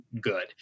good